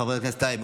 חבר הכנסת טייב,